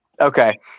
Okay